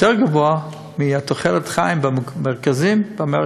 גבוהה יותר, מתוחלת החיים במרכזים באמריקה.